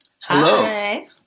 Hello